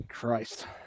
christ